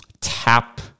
tap